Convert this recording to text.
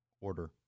order